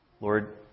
Lord